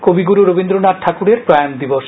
কবিগুরু রবীন্দ্রনাথ ঠাকুরের প্রয়াণ দিবস